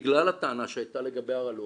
בגלל הטענה שהייתה לגבי הרעלות,